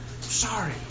Sorry